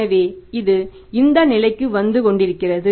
எனவே இது இந்த நிலைக்கு வந்து கொண்டிருக்கிறது